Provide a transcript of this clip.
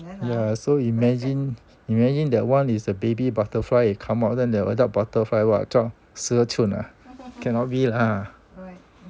ya so imagine imagine that one is a baby butterfly you come out then the adult butterfly what 十二寸啊 cannot be lah